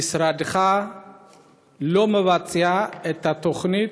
משרדך לא מבצע את התוכנית,